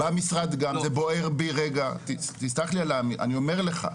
במשרד גם, זה בוער בי, תסלח לי על, אני אומר לך,